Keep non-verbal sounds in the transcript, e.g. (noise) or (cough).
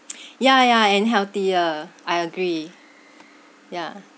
(noise) ya ya and healthier I agree yeah